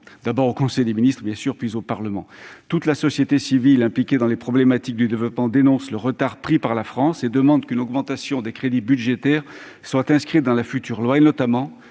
de loi en conseil des ministres, puis au Parlement. La société civile impliquée dans les problématiques du développement dans son ensemble dénonce le retard pris par la France et demande qu'une augmentation des crédits budgétaires soit inscrite dans la future loi. Elle